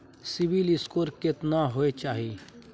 CIBIL score केतना होय चाही?